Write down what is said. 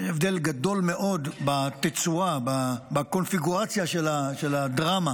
הבדל גדול מאוד בתצורה, בקונפיגורציה של הדרמה,